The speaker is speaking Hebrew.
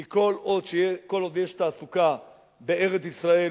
כי כל עוד יש תעסוקה בארץ-ישראל,